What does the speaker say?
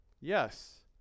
Yes